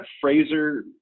Fraser